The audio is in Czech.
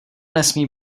nesmí